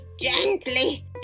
gently